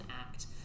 Act